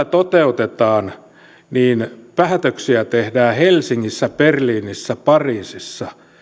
toteutetaan niin päätöksiä tehdään helsingissä berliinissä pariisissa